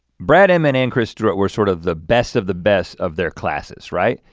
brad inman and chris stewart were sort of the best of the best of their classes, right?